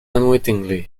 unwittingly